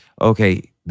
okay